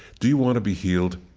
do you want to be healed?